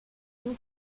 deux